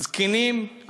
זקנים,